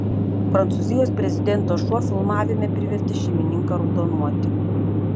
prancūzijos prezidento šuo filmavime privertė šeimininką raudonuoti